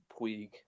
Puig